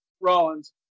Rollins